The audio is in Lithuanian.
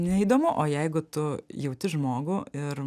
neįdomu o jeigu tu jauti žmogų ir